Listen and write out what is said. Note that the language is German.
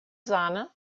sahne